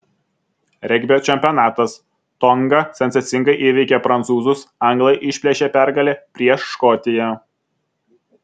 regbio čempionatas tonga sensacingai įveikė prancūzus anglai išplėšė pergalę prieš škotiją